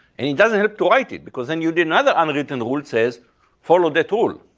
and it doesn't help to write it. because then you didn't other unwritten rule says follow that rule.